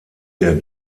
der